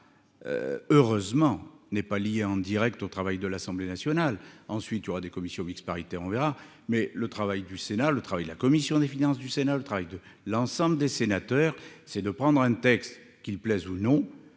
heureusement, n'est pas lié en Direct au travail de l'Assemblée nationale, ensuite il y aura des commissions mixtes paritaires, on verra, mais le travail du Sénat, le travail de la commission des finances du Sénat, le travail de l'ensemble des sénateurs, c'est de prendre un texte qu'il plaise ou non,